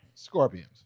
Scorpions